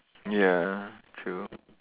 ya true